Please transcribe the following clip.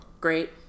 great